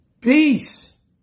peace